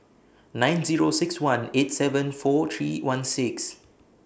nine Zero six one eight seven four three one six